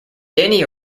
danny